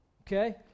Okay